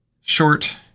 Short